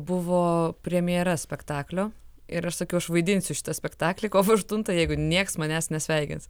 buvo premjera spektaklio ir aš sakiau aš vaidinsiu šitą spektaklį kovo aštuntąją jeigu nieks manęs nesveikins